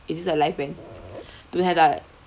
is this a live band don't have like